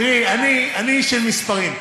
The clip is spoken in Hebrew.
תראי, אני איש של מספרים.